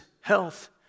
health